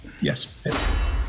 Yes